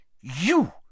You